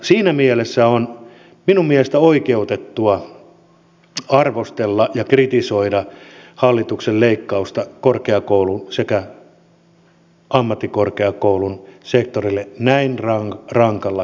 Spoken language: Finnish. siinä mielessä on minun mielestäni oikeutettua arvostella ja kritisoida hallituksen leikkausta korkeakoulun sekä ammattikorkeakoulun sektoreille näin rankalla kädellä